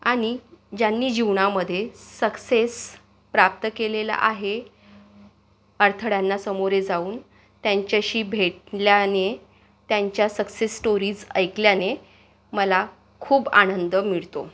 आणि ज्यांनी जीवनामध्ये सक्सेस प्राप्त केलेला आहे अडथळ्यांना सामोरे जाऊन त्यांच्याशी भेटल्याने त्यांच्या सक्सेस स्टोरीज ऐकल्याने मला खूप आनंद मिळतो